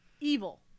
Evil